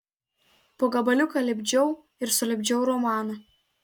po gabaliuką lipdžiau ir sulipdžiau romaną